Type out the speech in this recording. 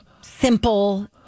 simple